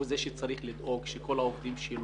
הוא זה שצריך לדאוג שכל העובדים שלו,